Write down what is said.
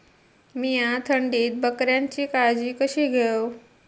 मीया थंडीत बकऱ्यांची काळजी कशी घेव?